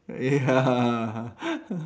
ya